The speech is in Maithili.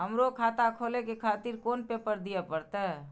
हमरो खाता खोले के खातिर कोन पेपर दीये परतें?